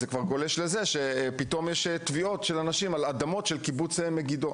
זה מתדרדר למצב בו יש פתאום תביעות של אנשים על אדמות בקיבוץ מגידו.